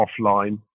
offline